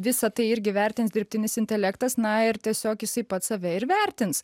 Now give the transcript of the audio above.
visa tai irgi vertins dirbtinis intelektas na ir tiesiog jisai pats save ir vertins